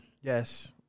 Yes